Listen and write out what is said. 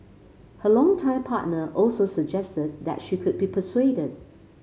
her longtime partner also suggested that she could be persuaded